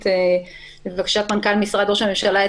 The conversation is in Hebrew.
לבקשת משרד ראש הממשלה,